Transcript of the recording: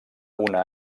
una